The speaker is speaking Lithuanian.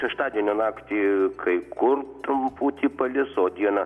šeštadienio naktį kai kur trumputį palis o dieną